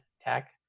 tech